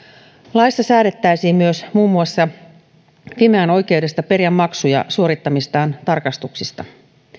laissa säädettäisiin myös muun muassa fimean oikeudesta periä maksuja suorittamistaan tarkastuksista